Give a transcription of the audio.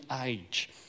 age